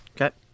Okay